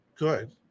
Good